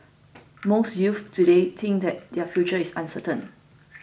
most youths today think that their future is uncertain